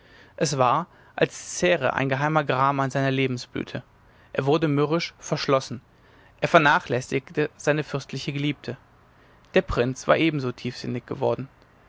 es war als zehre ein geheimer gram an seiner lebensblüte er wurde mürrisch verschlossen er vernachlässigte seine fürstliche geliebte der prinz war ebenso tiefsinnig geworden